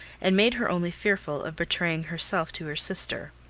and made her only fearful of betraying herself to her sister.